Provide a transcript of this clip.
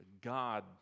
God